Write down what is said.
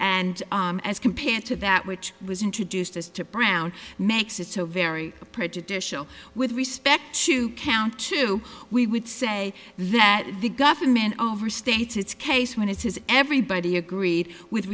and as compared to that which was introduced as to brown makes it so very prejudicial with respect to count two we would say that the government overstates its case when it says everybody agreed with